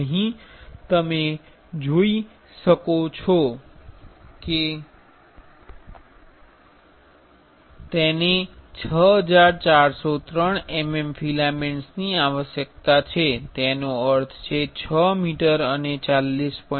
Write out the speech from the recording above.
અહીં તમે જોઈ શકો છો કે તેને 6403 mm ફિલેમેન્ટ્સની આવશ્યકતા છે તેનો અર્થ છે 6 મીટર અને 40